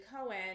Cohen